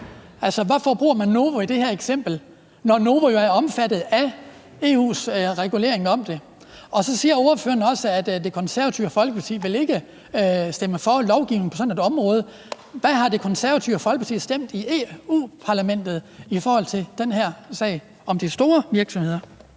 hvorfor bruger man Novo i det her eksempel, når Novo jo er omfattet af EU's regulering af det? Og så siger ordføreren også, at Det Konservative Folkeparti ikke vil stemme for lovgivning på sådan et område. Hvad har Det Konservative Folkeparti stemt i Europa-Parlamentet i forhold til den her sag om de store virksomheder?